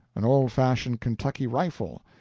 an old-fashioned kentucky rifle,